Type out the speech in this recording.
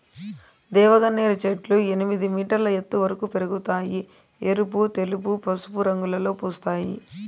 దేవగన్నేరు చెట్లు ఎనిమిది మీటర్ల ఎత్తు వరకు పెరగుతాయి, ఎరుపు, తెలుపు, పసుపు రంగులలో పూస్తాయి